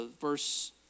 Verse